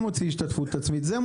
גם זה מוציא השתתפות עצמית.